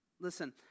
Listen